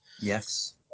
Yes